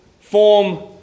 form